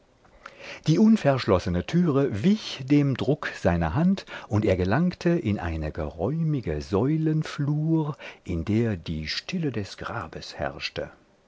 die unverschlossene türe wich dem druck seiner hand und er gelangte in eine geräumige säulenflur in der die stille des grabes herrschte